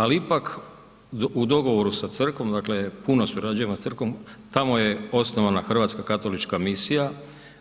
Ali ipak, u dogovoru sa Crkvom, dakle puno surađujemo s Crkvom, tamo je osnovana Hrvatska katolička misija,